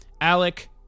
Alec